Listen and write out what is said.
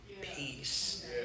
peace